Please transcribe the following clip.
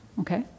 okay